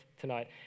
tonight